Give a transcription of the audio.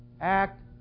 act